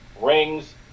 rings